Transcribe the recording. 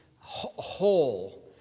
whole